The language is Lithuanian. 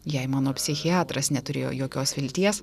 jei mano psichiatras neturėjo jokios vilties